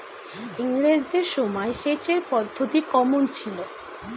ইঙরেজদের সময় সেচের পদ্ধতি কমন ছিল?